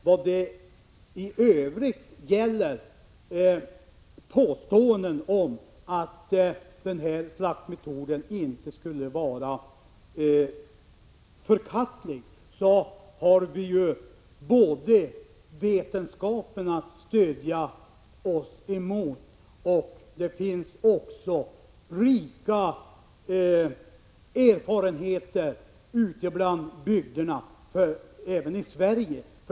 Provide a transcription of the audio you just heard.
Vad i övrigt gäller påståendet om att den här slaktmetoden inte skulle vara förkastlig har vi vetenskapen att stödja oss på. Vidare finns det rika erfarenheter ute i bygderna även i Sverige.